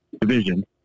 division